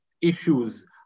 issues